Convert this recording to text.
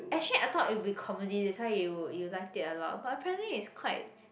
actually I thought it will be comedy that's why you you liked it a lot but apparently it's quite